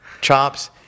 chops